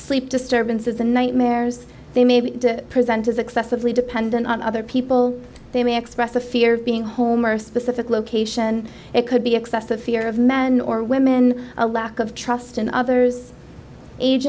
sleep disturbances and nightmares they may be present as excessively dependent on other people they may express a fear of being home or a specific location it could be excessive fear of men or women a lack of trust in others age